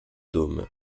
dômes